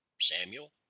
Samuel